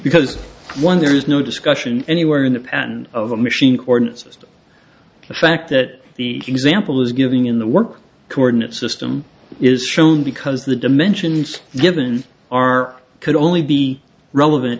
because one there is no discussion anywhere in the pan of a machine coordinate system the fact that the example is giving in the work coordinate system is shown because the dimensions given are could only be relevant